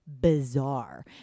bizarre